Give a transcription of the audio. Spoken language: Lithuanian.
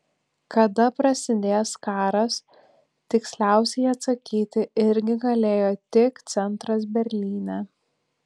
kada prasidės karas tiksliausiai atsakyti irgi galėjo tik centras berlyne